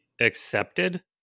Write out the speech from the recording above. accepted